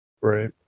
right